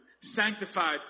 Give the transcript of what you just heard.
sanctified